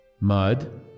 mud